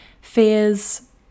fears